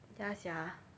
ya sia